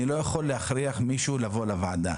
אני לא יכול להכריח מישהו לבוא לוועדה.